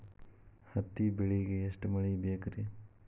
ಹತ್ತಿ ಬೆಳಿಗ ಎಷ್ಟ ಮಳಿ ಬೇಕ್ ರಿ?